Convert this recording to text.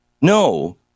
no